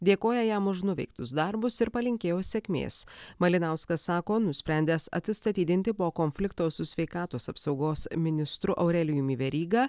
dėkoja jam už nuveiktus darbus ir palinkėjo sėkmės malinauskas sako nusprendęs atsistatydinti po konflikto su sveikatos apsaugos ministru aurelijumi veryga